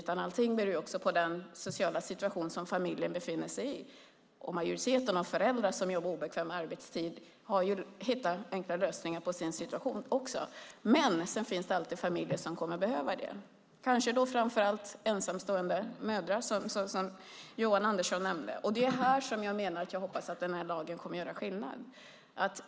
Det beror också på den sociala situation som familjen befinner sig i. Majoriteten av de föräldrar som jobbar obekväm arbetstid hittar enkla lösningar på sin situation. Men sedan finns det alltid familjer som kommer att behöva denna omsorg. Det är kanske framför allt ensamstående mödrar, som Johan Andersson nämnde. Det är på den punkten som jag hoppas att lagen kommer att göra skillnad.